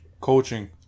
Coaching